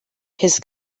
his